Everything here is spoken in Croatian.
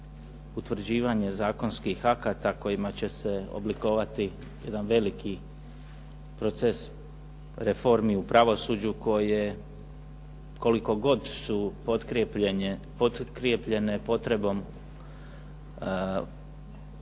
utvrđivanje zakonskih akata kojima će se oblikovati jedan veliki proces reformi u pravosuđu koje koliko god su potkrijepljene potrebom na